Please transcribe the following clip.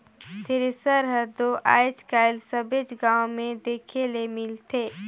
thresher हर दो आएज काएल सबेच गाँव मे देखे ले मिलथे